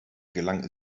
gelang